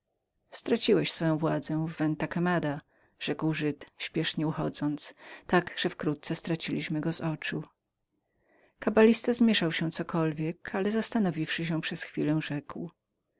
straciłeś twoją władzę w venta quemadaventa quemada odrzekł żyd śpiesznie uchodząc tak że wkrótce straciliśmy go z oczu kabalista zmieszał się cokolwiek ale zastanowiwszy się przez chwilę rzekł